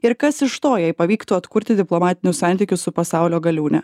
ir kas iš to jei pavyktų atkurti diplomatinius santykius su pasaulio galiūne